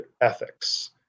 ethics